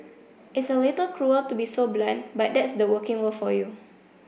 it's a little cruel to be so blunt but that's the working world for you